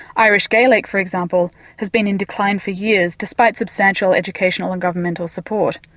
irish gaelic for example has been in decline for years despite substantial educational and governmental support.